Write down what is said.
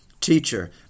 teacher